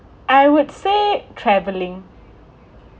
I would say travelling